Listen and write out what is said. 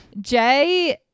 Jay